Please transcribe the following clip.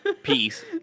Peace